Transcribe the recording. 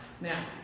Now